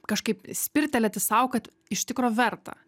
kažkaip spirtelėti sau kad iš tikro verta